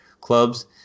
clubs